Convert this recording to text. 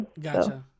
Gotcha